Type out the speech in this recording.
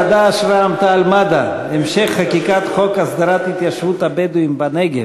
חד"ש ורע"ם-תע"ל-מד"ע: המשך חקיקת חוק הסדרת התיישבות הבדואים בנגב,